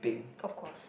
of course